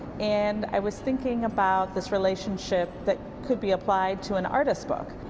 and i was thinking about this relationship that could be applied to an artist book.